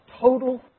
total